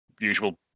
usual